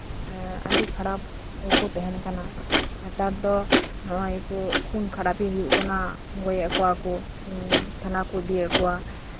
ᱮᱜ ᱟᱹᱰᱤ ᱠᱷᱟᱨᱟᱯ ᱨᱮᱠᱚ ᱛᱟᱸᱦᱮᱱ ᱠᱟᱱᱟ ᱱᱮᱛᱟᱨ ᱫᱚ ᱠᱷᱩᱱ ᱠᱷᱟᱨᱟᱯᱤ ᱦᱩᱭᱩᱜ ᱠᱟᱱᱟ ᱜᱚᱡ ᱮᱜ ᱠᱚᱣᱟ ᱠᱚᱛᱷᱟᱱᱟ ᱠᱚ ᱤᱫᱤᱭᱮᱜ ᱠᱚᱣᱟ